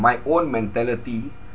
my own mentality